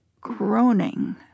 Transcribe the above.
groaning